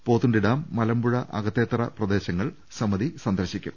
Pothundi dam Malampuzha Akathethara എന്നിവിടങ്ങൾ സമിതി സന്ദർശിക്കും